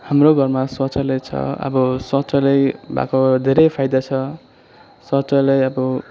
हाम्रो घरमा शौचालय छ अब शौचालय भएको धैरै फाइदा छ शौचालय अब